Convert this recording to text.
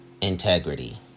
integrity